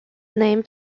named